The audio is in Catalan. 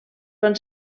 van